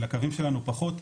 על הקווים שלנו פחות,